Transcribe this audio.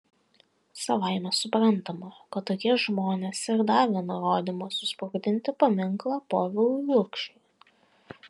savaime suprantama kad tokie žmonės ir davė nurodymą susprogdinti paminklą povilui lukšiui